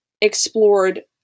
explored